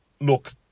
Look